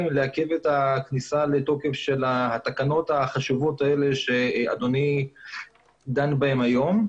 לעכב את הכניסה לתוקף של התקנות החשובות האלה שאדוני דן בהן היום.